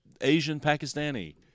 Asian-Pakistani